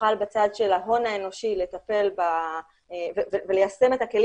נוכל בצד של ההון האנושי לטפל וליישם את הכלים